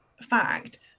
fact